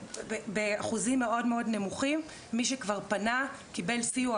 באחוזים מאוד נמוכים מי שכבר פנה קיבל סיוע,